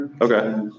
Okay